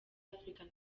african